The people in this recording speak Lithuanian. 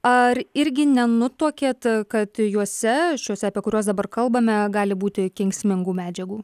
ar irgi nenutuokėt kad juose šiuose apie kuriuos dabar kalbame gali būti kenksmingų medžiagų